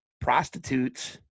prostitutes